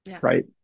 right